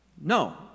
No